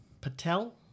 Patel